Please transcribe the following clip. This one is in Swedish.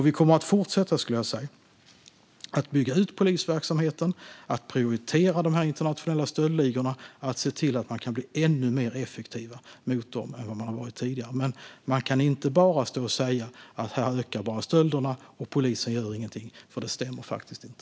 Vi kommer att fortsätta att bygga ut polisverksamheten, prioritera de här internationella stöldligorna och se till att man kan bli ännu mer effektiv mot den än vad man har varit tidigare. Men det går inte att stå och säga att stölderna bara ökar och att polisen inte gör någonting, för det stämmer faktiskt inte.